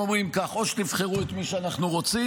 אומרים כך: או שתבחרו את מי שאנחנו רוצים,